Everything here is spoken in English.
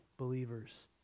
believers